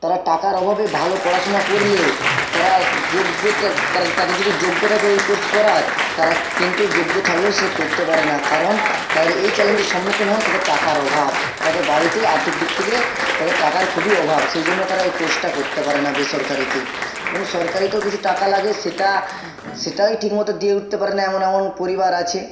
তারা টাকার অভাবে ভালো পড়াশোনা করলেও তারা যোগ্যতা তারা তাদের যদি যোগ্য থাকে ওই কোর্স করার তারা কিন্তু যোগ্য থাকলেও সে করতে পারে না কারণ তারা এই চ্যালেঞ্জের সম্মুখীন হয় তাদের টাকার অভাব তাদের বাড়িতে আর্থিক দিক থেকে তাদের টাকার খুবই অভাব সেই জন্য তারা এই কোর্সটা করতে পারে না বেসরকারিতে এবং সরকারিতেও কিছু টাকা লাগে সেটা সেটাই ঠিকমতো দিয়ে উঠতে পারে না এমন এমন পরিবার আছে